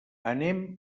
anem